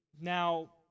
Now